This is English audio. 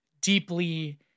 deeply